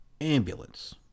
ambulance